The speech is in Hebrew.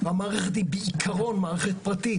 המערכת היא בעיקרון מערכת פרטית,